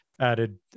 added